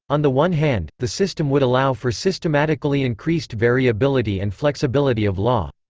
on the one hand, the system would allow for systematically increased variability and flexibility of law.